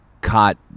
caught